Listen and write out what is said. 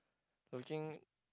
looking